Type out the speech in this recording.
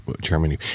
germany